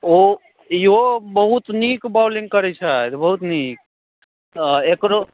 ओ ईहो बहुत नीक बौलिंग करै छथि बहुत नीक आ एकरो